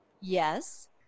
Yes